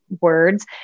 words